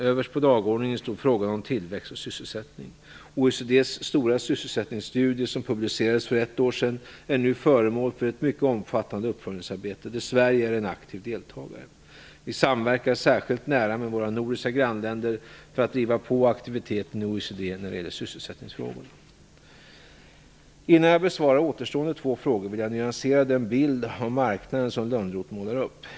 Överst på dagordningen stod frågan om tillväxt och sysselsättning. OECD:s stora sysselsättningsstudie, som publicerades för ett år sedan, är nu föremål för ett mycket omfattande uppföljningsarbete, där Sverige är en aktiv deltagare. Vi samverkar särskilt nära med våra nordiska grannländer för att driva på aktiviteten i OECD när det gäller sysselsättningsfrågorna. Innan jag besvarar återstående två frågor vill jag nyansera den bild av marknaden som Lönnroth målar upp.